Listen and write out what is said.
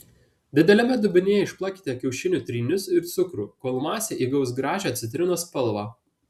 dideliame dubenyje išplakite kiaušinių trynius ir cukrų kol masė įgaus gražią citrinos spalvą